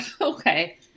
Okay